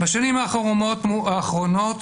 בשנים האחרונות,